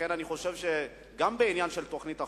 לכן אני חושב שגם בעניין של תוכנית החומש,